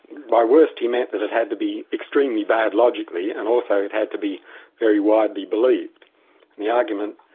by worst he meant that it had to be extremely bad logically, and also it had to be very widely believed, and the argument,